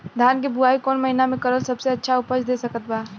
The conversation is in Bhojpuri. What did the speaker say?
धान के बुआई कौन महीना मे करल सबसे अच्छा उपज दे सकत बा?